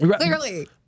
clearly